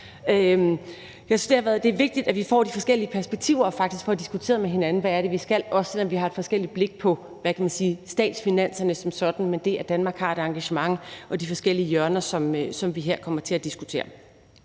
Jeg synes, det er vigtigt, at vi får de forskellige perspektiver frem og faktisk får diskuteret med hinanden, hvad det er, vi skal, også selv om vi har et forskelligt blik på statsfinanserne som sådan, at Danmark har et engagement, samt de forskellige hjørner, som vi her kommer ind på.